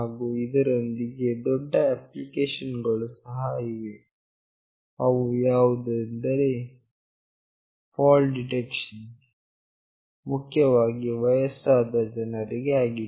ಹಾಗು ಇದರೊಂದಿಗೆ ದೊಡ್ಡ ಅಪ್ಲಿಕೇಶನ್ ಗಳು ಸಹ ಇದೆ ಅದು ಯಾವುದೆಂದರೆ ಫಾಲ್ ಡಿಟೆಕ್ಷನ್ ಮುಖ್ಯವಾಗಿ ವಯಸ್ಸಾದ ಜನರಿಗೆ ಆಗಿದೆ